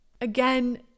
Again